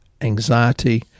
anxiety